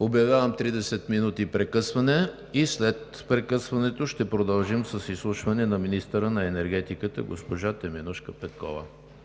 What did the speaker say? Обявявам тридесет минути прекъсване и след това ще продължим с изслушване на министъра на енергетиката – госпожа Теменужка Петкова.